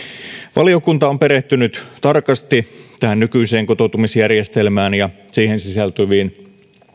valiokunta on perehtynyt tarkasti tähän nykyiseen kotoutumisjärjestelmään ja siihen sisältyviin